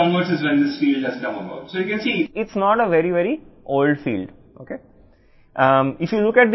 కాబట్టి ఈ ఫీల్డ్ వచ్చి 60 ఏళ్లు దాటింది కనుక ఇది చాలా పాత ఫీల్డ్ అని మీరు చూడవచ్చు